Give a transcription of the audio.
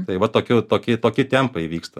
tai va tokiu toki toki tempai vyksta